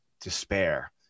despair